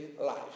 life